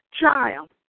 child